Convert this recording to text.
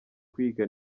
kwiga